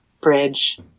bridge